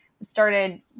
started